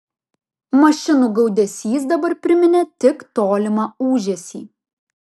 mašinų gaudesys dabar priminė tik tolimą ūžesį